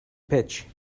pitch